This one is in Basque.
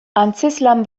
antzezlan